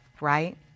right